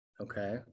okay